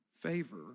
favor